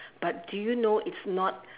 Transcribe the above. but do you know it's not